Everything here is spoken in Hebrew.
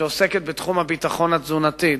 שעוסקת בתחום הביטחון התזונתי,